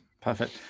perfect